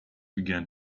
began